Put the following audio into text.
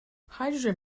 hydrogen